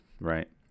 right